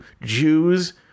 Jews